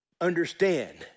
understand